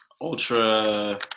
ultra